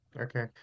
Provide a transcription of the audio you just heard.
Okay